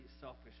selfish